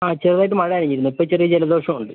ആ ചെറുതായിട്ട് മഴ നനഞ്ഞിരുന്നു ഇപ്പോൾ ചെറിയ ജലദോഷവും ഉണ്ട്